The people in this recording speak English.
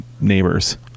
neighbors